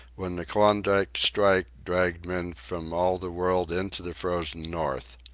when the klondike strike dragged men from all the world into the frozen north.